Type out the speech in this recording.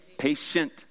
Patient